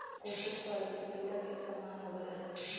cocoa फल पपीता के समान होबय हइ